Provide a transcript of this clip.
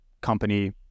company